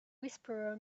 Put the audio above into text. whisperer